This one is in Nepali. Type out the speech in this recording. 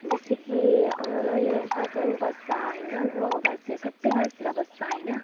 जस्तो कि नरिवल गाछमा पनि बस्छ होइन गुवाको गाछतिर सबै गाछतिर बस्छ होइन